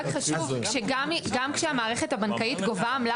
חשוב שגם כשהמערכת הבנקאית גובה עמלה